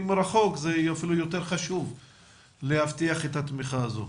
מרחוק זה אפילו יותר חשוב להבטיח את התמיכה הזאת.